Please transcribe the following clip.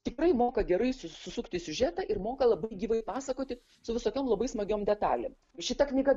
tikrai moka gerai su susisukti siužetą ir moka labai gyvai pasakoti su visokiom labai smagiam detalėm šita knyga